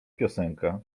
piosenka